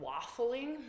waffling